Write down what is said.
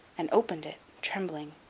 and opened it, trembling,